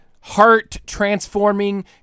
heart-transforming